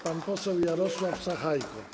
Pan poseł Jarosław Sachajko.